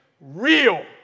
real